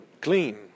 clean